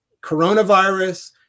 coronavirus